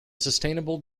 sustainable